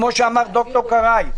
כמו שאמר ד"ר קרעי.